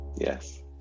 yes